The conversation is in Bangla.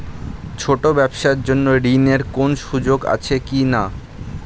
ছোট ব্যবসার জন্য ঋণ এর কোন সুযোগ আছে কি না?